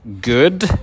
good